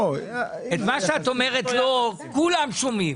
את מה שאת אומרת: לא כולם שומעים,